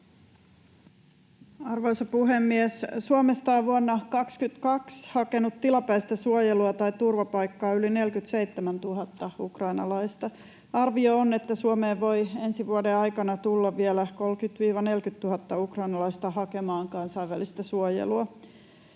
Arvoisa puhemies! Suomesta on vuonna 22 hakenut tilapäistä suojelua tai turvapaikkaa yli 47 000 ukrainalaista. Arvio on, että Suomeen voi ensi vuoden aikana tulla vielä 30 000—40 000 ukrainalaista hakemaan kansainvälistä suojelua.